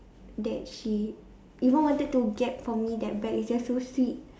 that she even wanted to get for me that bag is just so sweet